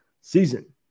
season